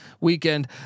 weekend